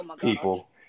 people